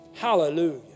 Hallelujah